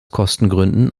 kostengründen